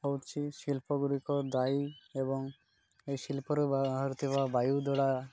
ହେଉଛି ଶିଳ୍ପଗୁଡ଼ିକ ଦାୟୀ ଏବଂ ଏ ଶିଳ୍ପରୁ ବାହାରୁ ଥିବା ବାୟୁଦଡ଼